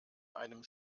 einem